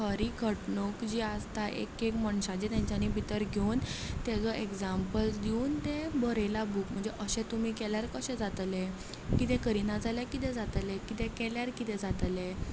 खरी घडणूक जी आसता एक एक मनशाची तांच्यांनी भितर घेवन ताजो एग्जांपल दिवन तें बरयलां बूक म्हणजे अशें तुमी केल्यार कशें जातलें किदें करिना जाल्यार किदें जातलें किदें केल्यार किदें जातलें